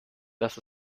das